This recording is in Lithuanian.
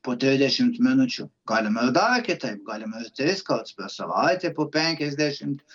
po trisdešimt minučių galima ir dar kitaip galima ir tris kartus per savaitę po penkiasdešimt